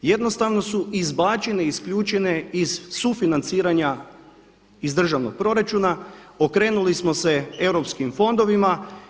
Jednostavno su izbačene, isključene iz sufinanciranja iz državnog proračuna okrenuli smo se europskim fondovima.